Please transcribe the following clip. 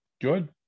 Good